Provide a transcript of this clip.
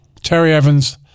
terryevans